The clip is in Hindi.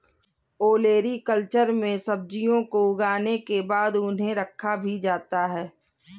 ओलेरीकल्चर में सब्जियों को उगाने के बाद उन्हें रखा भी जाता है